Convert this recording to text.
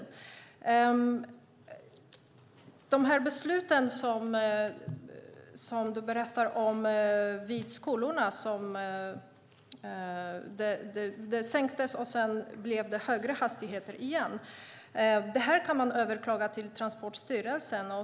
Du berättar om några beslut, att hastighetsgränsen sänktes vid skolor men att det sedan blev högre hastighet. Det kan man överklaga till Transportstyrelsen.